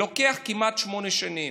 לוקח כמעט שמונה שנים.